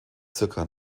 zirka